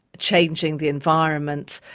changing the environment,